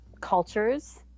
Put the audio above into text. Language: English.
cultures